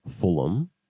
Fulham